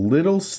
Little